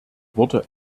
wurde